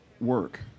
work